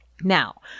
Now